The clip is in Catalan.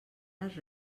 les